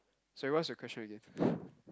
sorry what's your question again